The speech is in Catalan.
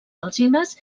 alzines